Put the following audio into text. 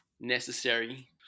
necessary